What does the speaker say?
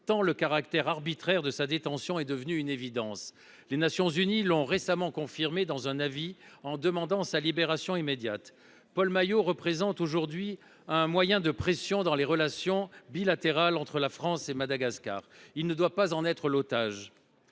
tant le caractère arbitraire de la détention de M. Maillot est devenu une évidence. Les Nations unies l’ont confirmé dans un récent avis en demandant sa libération immédiate. Paul Maillot représente aujourd’hui un moyen de pression dans les relations bilatérales entre la France et Madagascar. Il ne doit pas en être l’otage.